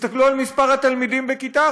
תסתכלו על מספר התלמידים בכיתה,